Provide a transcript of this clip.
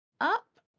up